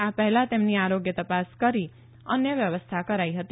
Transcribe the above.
આ પહેલા તેમની આરોગ્ય તપાસ કરી અન્ય વ્યવસ્થા કરાઈ હતી